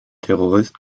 terrorist